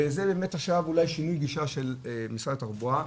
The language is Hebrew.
וזה באמת אולי שינוי גישה של משרד התחבורה,